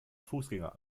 fußgänger